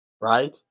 right